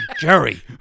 Jerry